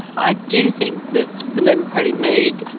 i do think that the labour party made,